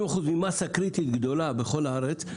70 אחוזים מהווים מסה קריטית גדולה בכל הארץ.